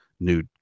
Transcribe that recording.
New